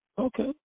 okay